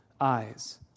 eyes